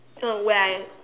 so when I